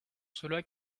cela